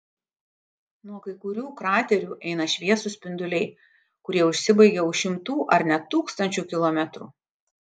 nuo kai kurių kraterių eina šviesūs spinduliai kurie užsibaigia už šimtų ar net tūkstančių kilometrų